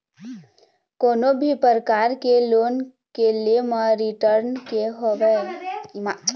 कोनो भी परकार के लोन के ले म रिर्टन के होवई ह तो जरुरी हवय ही